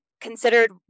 considered